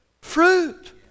fruit